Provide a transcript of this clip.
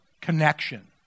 connection